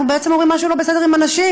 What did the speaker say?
אנחנו בעצם אומרים: משהו לא בסדר עם הנשים,